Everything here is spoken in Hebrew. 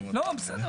לא, בסדר.